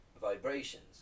vibrations